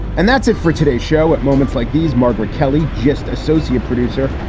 and that's it for today's show at moments like these, margaret kelly, just associate producer,